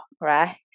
right